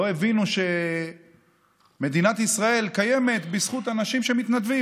לא הבינו שמדינת ישראל קיימת בזכות אנשים שמתנדבים.